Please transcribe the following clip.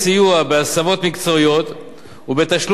דמי קיום מטעמה של הקרן למקצועות שוחקים,